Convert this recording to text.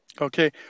Okay